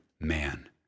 man